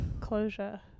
closure